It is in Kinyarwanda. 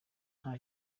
nta